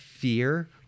fear